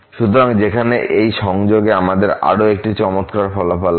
সুতরাং সেখানে এই সংযোগে আমাদের আরও একটি চমৎকার ফলাফল আছে